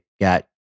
got